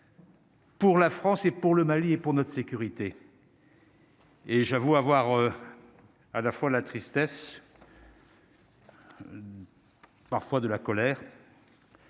Pour la France et pour le Mali et pour notre sécurité. Et j'avoue avoir à la fois la tristesse. Parfois de la colère.